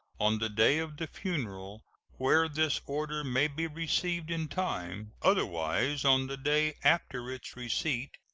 on the day of the funeral where this order may be received in time, otherwise on the day after its receipt,